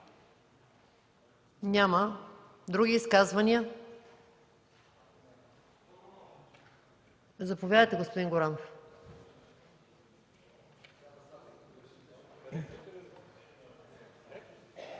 Няма. Други изказвания? Заповядайте, господин Горанов.